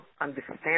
understand